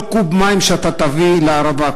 כל קוב מים שאתה תביא לערבה,